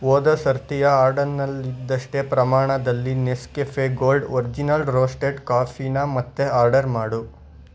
ಹೋದ ಸರ್ತಿಯ ಆರ್ಡರ್ನಲ್ಲಿದ್ದಷ್ಟೇ ಪ್ರಮಾಣದಲ್ಲಿ ನೆಸ್ಕೆಫೆ ಗೋಲ್ಡ್ ಒರ್ಜಿನಲ್ ರೋಸ್ಟೆಡ್ ಕಾಫಿನ ಮತ್ತೆ ಆರ್ಡರ್ ಮಾಡು